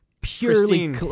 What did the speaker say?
Purely